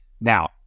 Now